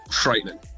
Frightening